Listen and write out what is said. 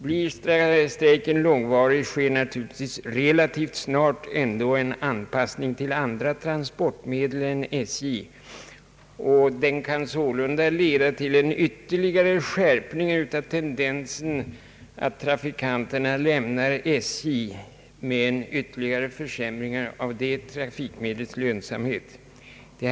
Blir strejken långvarig, sker naturligtvis relativt snart en anpassning till andra transportmedel än SJ. Strejken kan sålunda leda till en ytterligare skärpning av tendensen att trafikanterna överger SJ — med ytterligare försämring av detta trafikmedels lönsamhet som följd.